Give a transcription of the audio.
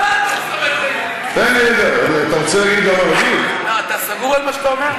אתה רוצה להגיד, אתה סגור על מה שאתה אומר?